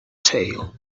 tail